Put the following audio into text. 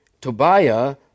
Tobiah